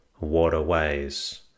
waterways